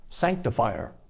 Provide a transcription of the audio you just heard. sanctifier